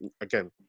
again